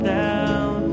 down